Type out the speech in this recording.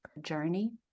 journey